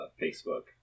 Facebook